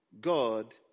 God